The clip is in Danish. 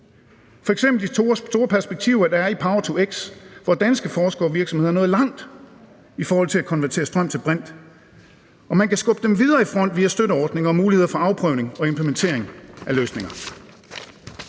f.eks. store perspektiver i power-to-x, hvor danske forskere og virksomheder er nået langt i forhold til at konvertere strøm til brint, og man kan skubbe dem videre i front via støtteordninger og muligheder for afprøvning og implementering af løsninger.